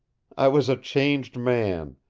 i was a changed man.